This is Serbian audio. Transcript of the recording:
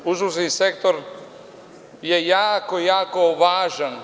Uslužni sektor je jako važan.